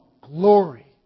glory